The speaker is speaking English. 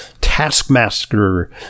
taskmaster